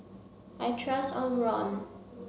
I trust Omron